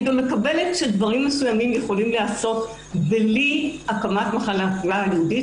אני גם מקבלת שדברים מסוימים יכולים להיעשות בלי הקמת מחלקה ייעודית.